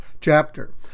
chapter